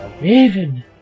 raven